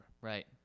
Right